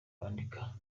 bandika